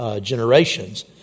generations